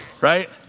Right